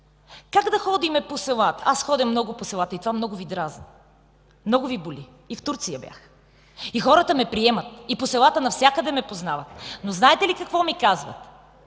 Как да ходим по селата?! Аз ходя много по селата и това много Ви дразни, много Ви боли – и в Турция бях, хората ме приемат и по селата навсякъде ме познават, но знаете ли какво ми казват: